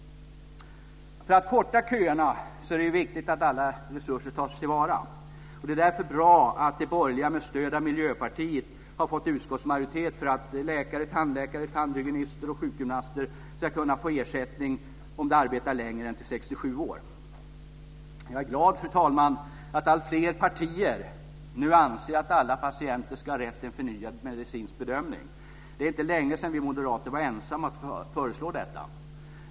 För att korta köerna är det viktigt att alla resurser tas till vara. Det är därför bra att de borgerliga med stöd av Miljöpartiet har fått utskottsmajoritet för att läkare, tandläkare, tandhygienister och sjukgymnaster ska kunna få ersättning om de arbetar längre än till de är 67 år. Jag är glad, fru talman, att alltfler partier nu anser att alla patienter ska ha rätt till en förnyad medicinsk bedömning. Det är inte länge sedan vi moderater var ensamma om att föreslå detta.